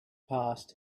passed